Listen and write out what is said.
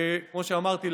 וכמו שאמרתי,